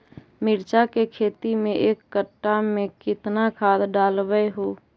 मिरचा के खेती मे एक कटा मे कितना खाद ढालबय हू?